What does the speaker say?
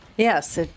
Yes